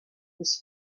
his